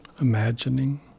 Imagining